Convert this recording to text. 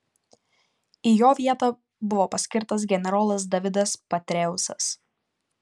į jo vietą buvo paskirtas generolas davidas petraeusas